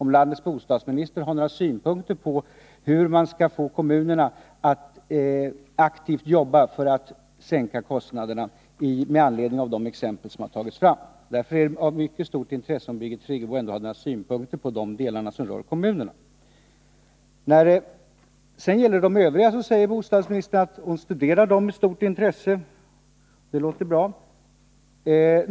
Har bostadsministern några synpunkter på hur man skall få kommunerna att aktivt jobba för att sänka kostnaderna med anledning av de exempel som tagits fram? Det är av mycket stort intresse att få höra om Birgit Friggebo har några synpunkter på de delar som rör kommunerna. När det sedan gäller de övriga förslagen säger bostadsministern att hon studerar dem med stort intresse. Det låter bra.